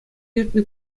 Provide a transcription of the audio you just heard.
иртнӗ